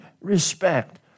respect